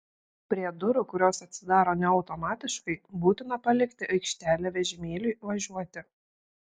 prie durų kurios atsidaro ne automatiškai būtina palikti aikštelę vežimėliui važiuoti